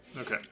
Okay